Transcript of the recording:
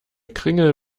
kringel